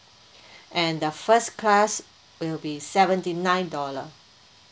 and the first class will be seventy nine dollar